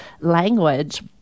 language